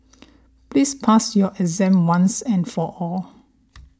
please pass your exam once and for all